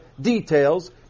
details